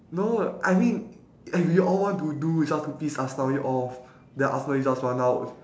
no I mean eh we all want to do just to piss aslawi off then after that he just run out